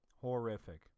Horrific